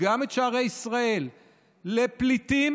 שערי ישראל גם לפליטים.